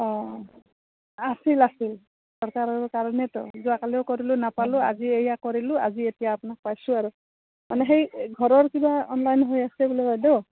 অঁ আছিল আছিল কাৰণেতো যোৱাকালিও কৰিলোঁ নাপালোঁ আজি এয়া কৰিলোঁ আজি এতিয়া আপোনাক পাইছোঁ আৰু মানে সেই ঘৰৰ কিবা অনলাইন হৈ আছে